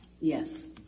Yes